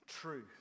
truth